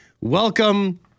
welcome